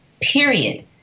period